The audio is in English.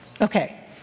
Okay